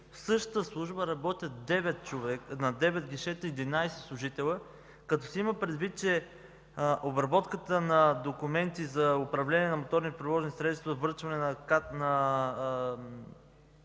в същата служба работят на девет гишета 11 служителя, като се има предвид, че обработката на документи за управление на моторните превозни средства и връчване на актове